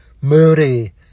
moody